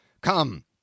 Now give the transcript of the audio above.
come